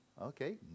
Okay